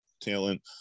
talent